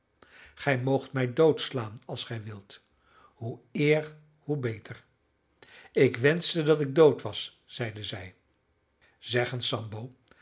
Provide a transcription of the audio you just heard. gij moogt mij doodslaan als gij wilt hoe eer hoe beter ik wenschte dat ik dood was zeide zij zeg eens sambo